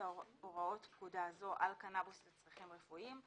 הוראות פקודה זו על קנאבוס לצרכים רפואיים,